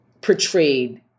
portrayed